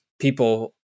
people